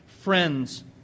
Friends